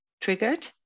triggered